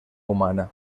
humana